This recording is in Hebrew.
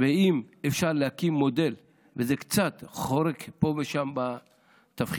ואם אפשר להקים מודל וזה קצת חורג פה ושם בתבחינים,